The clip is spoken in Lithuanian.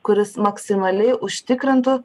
kuris maksimaliai užtikrintų